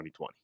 2020